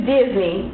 Disney